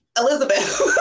Elizabeth